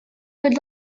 would